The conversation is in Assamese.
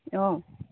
অঁ